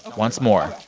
once more,